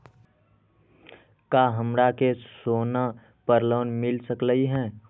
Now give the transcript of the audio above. का हमरा के सोना पर लोन मिल सकलई ह?